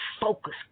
focus